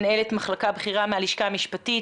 מנהלת מחלקה בכירה מהלשכה המשפטית,